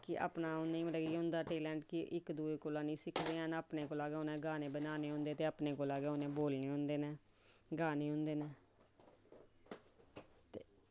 इक होंदा अपने कोल टैलेंट कि इक दुए कोला निं सिक्खदे ते अपने कोला गै उ'नें गाने बनाने होंदे ते बोलने होंदे न ते गाने होंदे न